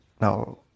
now